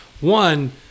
One